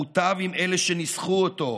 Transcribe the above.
מוטב עם אלה שניסחו אותו,